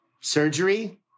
Surgery